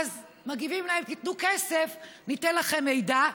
אז מגיבים להם: תנו כסף, ניתן לכם מידע,